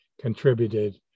contributed